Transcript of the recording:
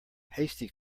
hasty